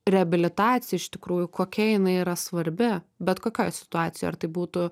reabilitacija iš tikrųjų kokia jinai yra svarbi bet kokioj situacijoj ar tai būtų